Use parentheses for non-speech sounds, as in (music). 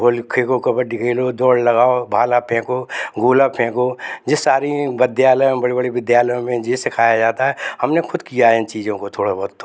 (unintelligible) खो खो कब्बडी खेलो दौड़ लगाओ भाला फेंको गोला फेंको यह सारी विद्यालयों बड़े बड़े विद्यालयों में यह सिखाया जाता है हमने खुद किया है इन चीज़ों को थोड़ा बहुत तो